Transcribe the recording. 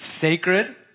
sacred